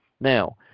now